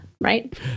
right